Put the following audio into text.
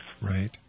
Right